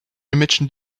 imagine